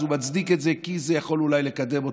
אז הוא מצדיק את זה כי זה יכול אולי לקדם אותו.